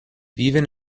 viven